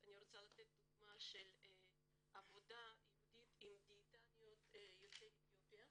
אני רוצה לתת דוגמה של עבודה ייעודית עם דיאטניות יוצאות אתיופיה